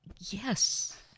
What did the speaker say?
yes